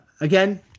again